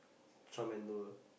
Charmander